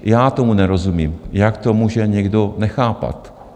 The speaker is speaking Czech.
Já tomu nerozumím, jak to může někdo nechápat.